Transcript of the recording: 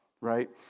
right